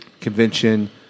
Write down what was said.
convention